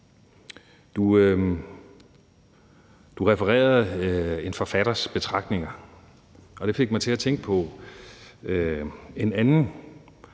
Du refererede en forfatters betragtninger, og det fik mig til at tænke på en andens